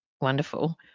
wonderful